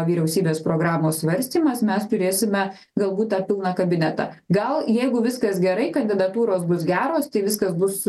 vyriausybės programos svarstymas mes turėsime galbūt tą pilną kabinetą gal jeigu viskas gerai kandidatūros bus geros tai viskas bus